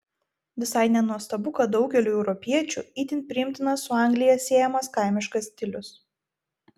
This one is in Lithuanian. visai nenuostabu kad daugeliui europiečių itin priimtinas su anglija siejamas kaimiškas stilius